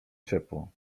ciepło